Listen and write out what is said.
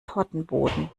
tortenboden